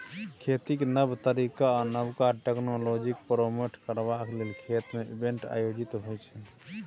खेतीक नब तरीका आ नबका टेक्नोलॉजीकेँ प्रमोट करबाक लेल खेत मे इवेंट आयोजित होइ छै